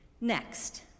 Next